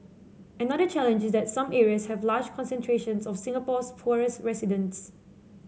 another challenge is that some areas have large concentrations of Singapore's poorest residents